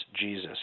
Jesus